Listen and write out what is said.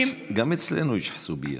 גם אצלנו יש חסוביאת,